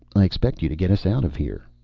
i expect you to get us out of here.